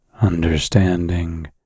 understanding